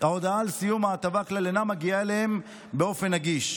ההודעה על סיום ההטבה כלל אינה מגיעה אליהם באופן נגיש.